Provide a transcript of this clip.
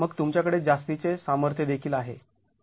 मग तुमच्याकडे जास्तीचे सामर्थ्य देखील आहे